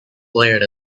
blared